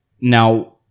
Now